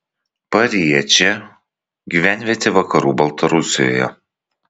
pariečė gyvenvietė vakarų baltarusijoje